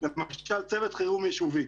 למשל לצוות חירום יישובי.